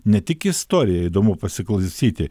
ne tik istoriją įdomu pasiklausyti